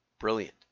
brilliant